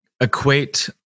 equate